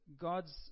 God's